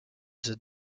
the